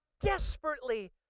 desperately